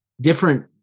different